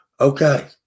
Okay